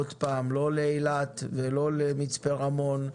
לא לאילת, לא למצפה רמון.